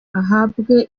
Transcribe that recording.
ahabwe